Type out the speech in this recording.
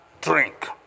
drink